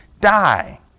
die